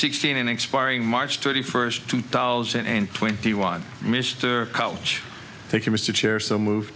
sixteen in expiring march thirty first two thousand and twenty one mr couch